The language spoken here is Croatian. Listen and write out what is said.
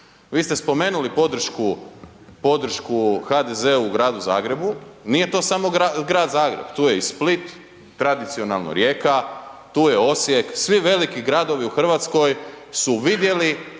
Vi ste spomenuli podršku, podršku HDZ-u u Gradu Zagrebu, nije to samo Grad Zagreb, tu je i Split, tradicionalno Rijeka, tu je Osijek, svi veliki gradovi u Hrvatskoj su vidjeli